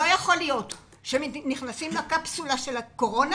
לא יכול להיות שנכנסים לקפסולה של הקורונה